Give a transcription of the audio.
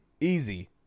Easy